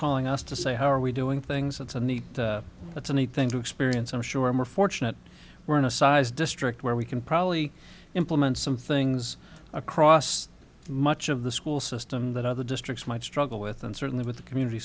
calling us to say how are we doing things that's a need but so many things to experience i'm sure we're fortunate we're in a size district where we can probably implement some things across much of the school system that other districts might struggle with and certainly with the community